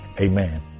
Amen